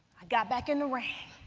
i got back in the ring. i